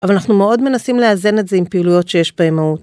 אבל אנחנו מאוד מנסים לאזן את זה עם פעילויות שיש בהם מהות.